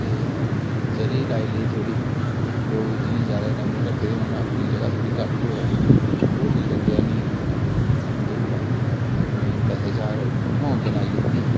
ते चरी लाई लेई थोह्ड़ी लोक जि'नें ज्यादा डंगर रक्खे दे होन अपनी जगह् थोह्ड़ी जेही घट्ट होऐ ओह् लेई लंदे आनियै मुल्लें उं'दे कोला ते उ'नेंगी पैसे चार उत्थुआं आमदन आई जंदी